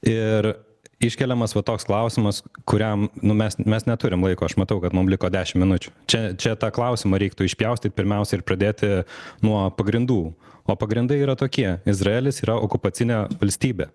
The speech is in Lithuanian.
ir iškeliamas va toks klausimas kuriam nu mes mes neturim laiko aš matau kad mum liko dešim minučių čia čia tą klausimą reiktų išpjaustyt pirmiausia ir pradėti nuo pagrindų o pagrindai yra tokie izraelis yra okupacinė valstybė